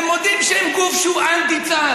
הם מודים שהוא גוף שהוא אנטי-צה"ל.